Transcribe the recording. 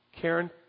Karen